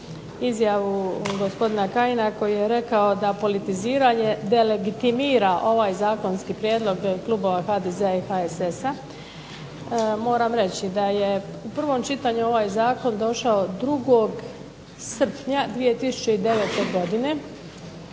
izjavu gospodina Kajina koji je rekao da politiziranje delegitimira ovaj zakonski prijedlog klubova HDZ-a i HSS-a moram reći da je u prvom čitanju ovaj zakon došao 2. srpnja 2009. godine,